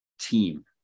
team